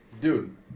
Dude